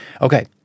Okay